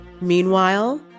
Meanwhile